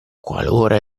qualora